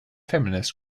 feminist